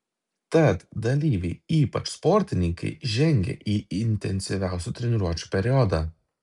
tad dalyviai ypač sportininkai žengia į intensyviausių treniruočių periodą